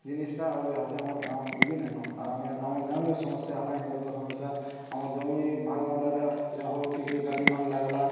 ଜିନିଟା ଆଉ ହାତେ ଆମ ଗାଁମାନ ବି ନେନ ଆମେ ଆମର୍ ଜଣୁ ଏ ସମସ୍ୟା ହେଲା ଆଇନଗତ ସମସ୍ୟା ଆମର୍ ଜମି ଭାଗବଟାରେ ଏଇଟା ହଉ କିଏ କିଏ ଗାଲି ମଲ ଲାଗଲା